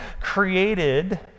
created